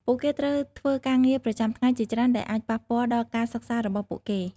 ពួកគេត្រូវធ្វើការងារប្រចាំថ្ងៃជាច្រើនដែលអាចប៉ះពាល់ដល់ការសិក្សារបស់ពួកគេ។